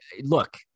look